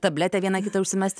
tabletę vieną kitą užsimesti